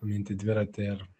minti dviratį ar